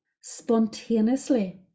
Spontaneously